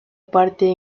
parte